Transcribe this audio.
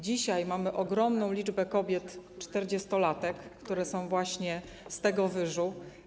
Dzisiaj mamy ogromną liczbę kobiet czterdziestolatek, które są właśnie z tego wyżu.